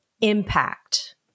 impact